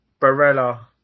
Barella